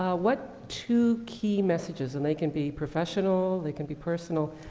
ah what two key messages, and they can be professional, they can be personal,